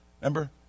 Remember